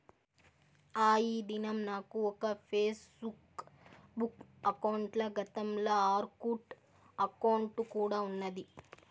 ఆ, ఈ దినం నాకు ఒక ఫేస్బుక్ బుక్ అకౌంటల, గతంల ఆర్కుట్ అకౌంటు కూడా ఉన్నాది